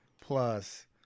Plus